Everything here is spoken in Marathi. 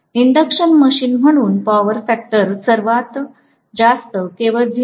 इंडक्शन मशीन म्हणून पॉवर फॅक्टर सर्वात जास्त केवळ 0